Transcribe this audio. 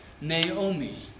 Naomi